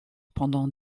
pendant